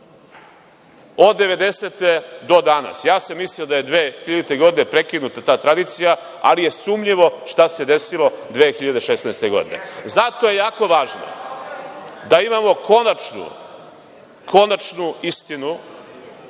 od 90-te do danas. Ja sam mislio da je 2000. godine prekinuta ta tradicija, ali je sumnjivo šta se desilo 2016. godine. Zato je jako važno da imamo konačnu istinu